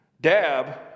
dab